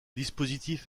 dispositif